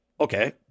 okay